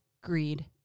greed